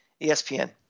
ESPN